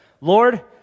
Lord